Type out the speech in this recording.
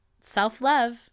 self-love